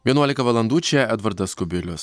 vienuolika valandų čia edvardas kubilius